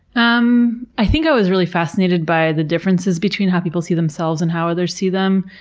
um i think i was really fascinated by the differences between how people see themselves and how others see them.